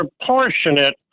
proportionate